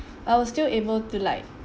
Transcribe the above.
I was still able to like